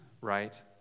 right